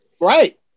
Right